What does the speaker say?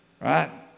right